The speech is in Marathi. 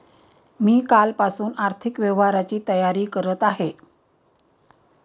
मी कालपासून आर्थिक व्यवहारांची तयारी करत आहे